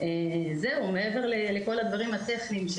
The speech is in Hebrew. מעבר לכל הדברים הטכניים,